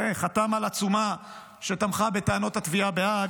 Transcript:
וחתם על עצומה שתמכה בטענות התביעה בהאג,